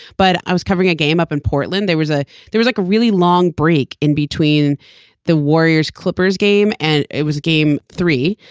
but i was covering a game up in portland. there was a there was like a really long break in between the warriors clippers game and it was game three.